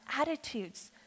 attitudes